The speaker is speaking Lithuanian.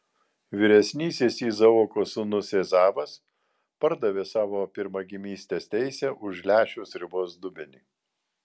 vyresnysis izaoko sūnus ezavas pardavė savo pirmagimystės teisę už lęšių sriubos dubenį